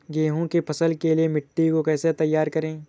गेहूँ की फसल के लिए मिट्टी को कैसे तैयार करें?